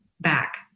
back